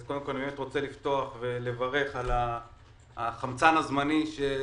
אז קודם כול אני באמת רוצה לפתוח ולברך על החמצן הזמני שקיבלתם,